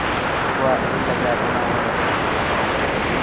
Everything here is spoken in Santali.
ᱟᱠᱚᱣᱟᱜ ᱨᱳᱠ ᱟᱡᱟᱨ ᱚᱱᱟ ᱦᱚᱸ